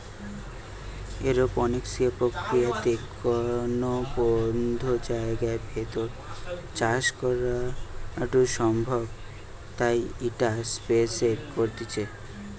aeroponics প্রক্রিয়াতে কোনো বদ্ধ জায়গার ভেতর চাষ করাঢু সম্ভব তাই ইটা স্পেস এ করতিছে